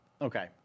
Okay